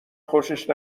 خوشش